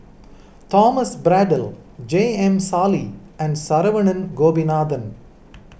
Thomas Braddell J M Sali and Saravanan Gopinathan